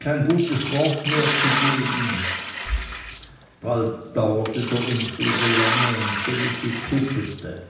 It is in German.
kein gutes wort zu geben bald dauerte der unfriede lange und ds elisi kupete